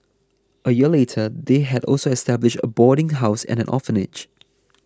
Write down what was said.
a year later they had also established a boarding house and an orphanage